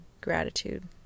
gratitude